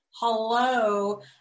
Hello